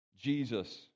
Jesus